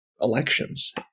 elections